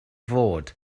fod